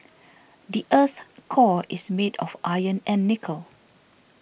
the earth's core is made of iron and nickel